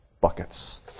buckets